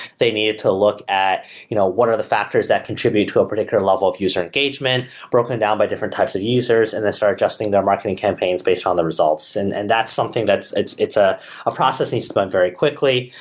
they needed to look at you know what are the factors that contribute to a particular level of user engagement broken down by different types of users, and they start adjusting their marketing campaigns based on the results. and and that's something that's it's it's ah a processing spun very quickly,